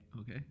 okay